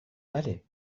بله